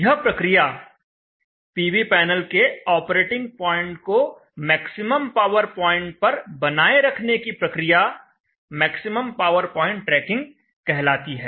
यह प्रक्रिया PV panel के ऑपरेटिंग पॉइंट को मैक्सिमम पावर पॉइंट पर बनाए रखने की प्रक्रिया मैक्सिमम पावर पॉइंट ट्रैकिंग कहलाती है